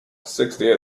sixty